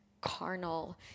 carnal